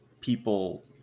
people